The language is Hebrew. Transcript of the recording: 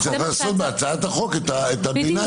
צריך לעשות בהצעת החוק את הביניים